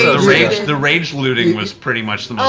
the rage-looting was pretty much the